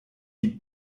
die